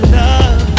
love